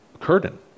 curtain